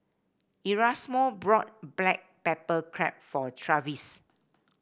Erasmo brought Black Pepper Crab for Travis